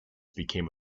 became